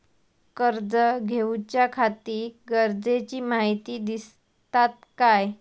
कर्ज घेऊच्याखाती गरजेची माहिती दितात काय?